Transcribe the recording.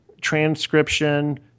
transcription